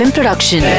Production